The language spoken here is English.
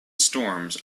storms